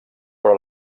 però